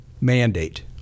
mandate